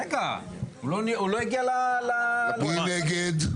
רגע, הוא לא הגיע ל --- מי נגד?